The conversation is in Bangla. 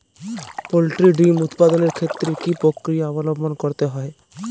পোল্ট্রি ডিম উৎপাদনের ক্ষেত্রে কি পক্রিয়া অবলম্বন করতে হয়?